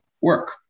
work